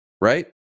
right